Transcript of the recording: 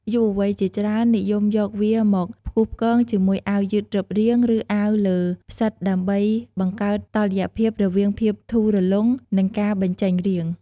យុវវ័យជាច្រើននិយមយកវាមកផ្គូផ្គងជាមួយអាវយឺតរឹបរាង ឬអាវលើផ្សិតដើម្បីបង្កើតតុល្យភាពរវាងភាពធូររលុង និងការបញ្ចេញរាង។